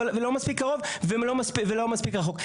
ולא מספיק קרוב ולא מספיק רחוק.